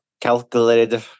calculated